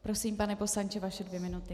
Prosím, pane poslanče, vaše dvě minuty.